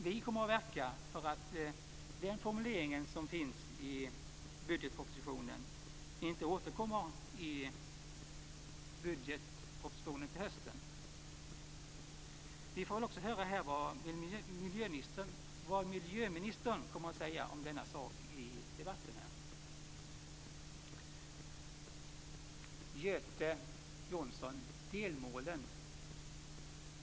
Vi kommer att verka för att den formulering som finns i budgetpropositionen inte skall återkomma i höstens budgetproposition. Vi får väl också se vad miljöministern kommer att säga om den här frågan i debatten i dag.